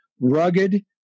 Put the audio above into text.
rugged